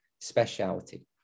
speciality